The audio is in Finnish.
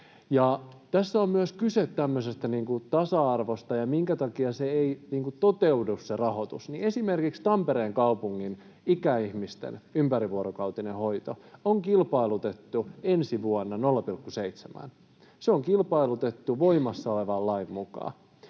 Tässä on kyse myös tämmöisestä tasa-arvosta, ja minkä takia se rahoitus ei toteudu, niin esimerkiksi Tampereen kaupungin ikäihmisten ympärivuorokautinen hoito on kilpailutettu ensi vuonna 0,7:ään. Se on kilpailutettu voimassa olevan lain mukaan.